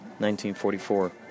1944